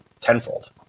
tenfold